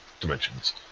dimensions